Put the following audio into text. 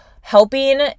helping